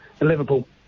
Liverpool